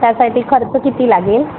त्यासाठी खर्च किती लागेल